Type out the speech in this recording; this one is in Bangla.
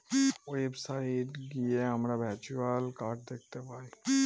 ওয়েবসাইট গিয়ে আমরা ভার্চুয়াল কার্ড দেখতে পাই